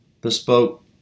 Bespoke